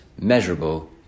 measurable